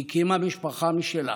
היא הקימה משפחה משלה